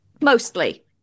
Mostly